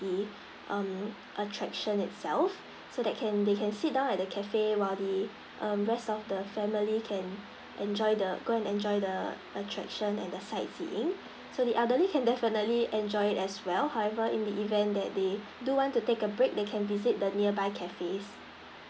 the um attractions itself so that can they can sit down at the cafe while the mm rest of the family can enjoy the go and enjoy the attraction and the sightseeing so the elderly can definitely enjoy it as well however in the event that they do want to take a break they can visit the nearby cafes